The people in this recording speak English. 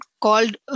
called